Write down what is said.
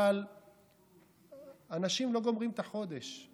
אבל אנשים לא גומרים את החודש.